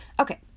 Okay